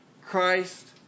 Christ